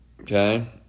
Okay